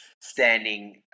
standing